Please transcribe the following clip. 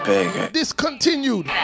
Discontinued